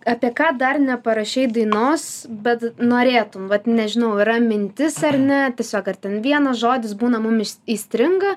apie ką dar neparašei dainos bet norėtum vat nežinau yra mintis ar ne tiesiog ar ten vienas žodis būna mum įs įstringa